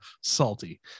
salty